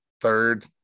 third